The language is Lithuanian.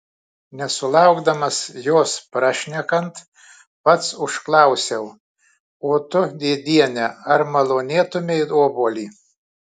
nesulaukdamas jos prašnekant pats užklausiau o tu dėdiene ar malonėtumei obuolį